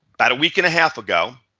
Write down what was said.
about a week and a half ago,